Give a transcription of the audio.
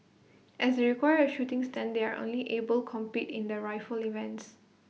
as require A shooting stand they are only able compete in the rifle events